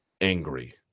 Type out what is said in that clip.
angry